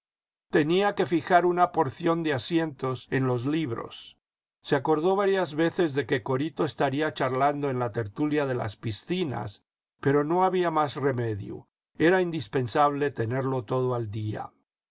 tenía que fijar una porción de asientos en los libros se acordó varias veces de que corito estaría charlando en la tertulia de las piscinas pero no había más remedio era indispensable tenerlo todo al día